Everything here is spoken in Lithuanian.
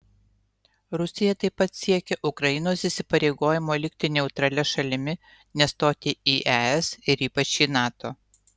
rusija taip pat siekia ukrainos įsipareigojimo likti neutralia šalimi nestoti į es ir ypač į nato